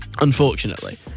unfortunately